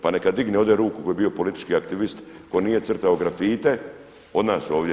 Pa neka digne ovdje ruku koje bio politički aktivist ko nije crtao grafite od nas ovdje.